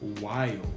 wild